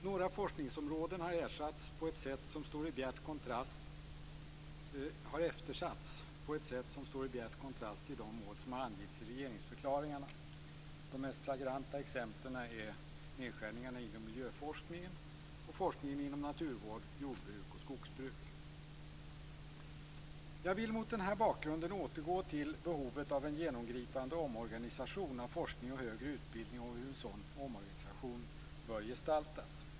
Några forskningsområden har eftersatts på ett sätt som står i bjärt kontrast till de mål som har angivits i regeringsförklaringarna. De mest flagranta exemplen är nedskärningarna inom miljöforskningen och forskningen inom naturvård, jordbruk och skogsbruk. Jag vill mot den här bakgrunden återgå till behovet av en genomgripande omorganisation av forskning och högre utbildning och hur en sådan omorganisation bör gestaltas.